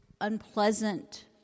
unpleasant